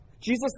Jesus